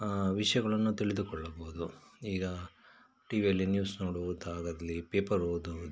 ವಿಷಯಗಳನ್ನು ತಿಳಿದುಕೊಳ್ಳಬಹುದು ಈಗ ಟಿ ವಿಯಲ್ಲಿ ನ್ಯೂಸ್ ನೋಡುವುದಾಗಲಿ ಪೇಪರ್ ಓದುವುದು